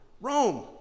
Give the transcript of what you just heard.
Rome